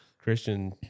Christian